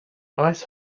ice